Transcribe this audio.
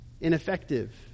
ineffective